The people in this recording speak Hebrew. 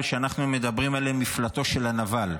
שאנחנו אומרים עליהם "מפלטו של הנבל",